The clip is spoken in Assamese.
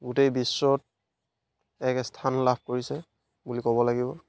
গোটেই বিশ্বত এক স্থান লাভ কৰিছে বুলি ক'ব লাগিব